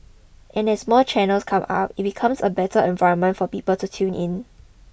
and as more channels come up it becomes a better environment for people to tune in